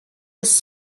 its